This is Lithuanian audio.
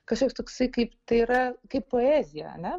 kažkoks toksai kaip tai yra kaip poezija ane